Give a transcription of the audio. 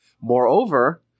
Moreover